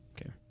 Okay